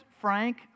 Frank